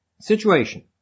Situation